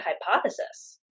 hypothesis